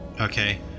okay